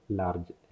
large